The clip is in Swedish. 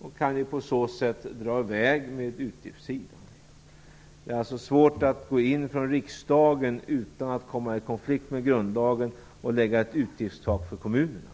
och kan på så sätt dra i väg på utgiftssidan. Det är alltså svårt att, utan att komma i konflikt med grundlagen, från riksdagen gå in och lägga ett utgiftstak för kommunerna.